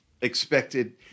expected